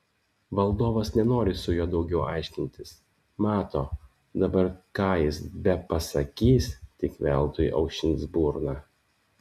valdovas nenori su juo daugiau aiškintis mato dabar ką jis bepasakys tik veltui aušins burną